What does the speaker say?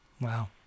Wow